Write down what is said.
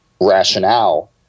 rationale